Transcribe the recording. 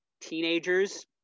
teenagers